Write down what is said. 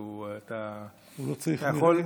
הוא לא צריך מרעה?